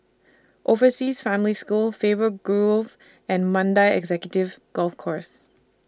Overseas Family School Faber Grove and Mandai Executive Golf Course